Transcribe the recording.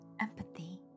empathy